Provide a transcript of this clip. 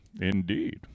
indeed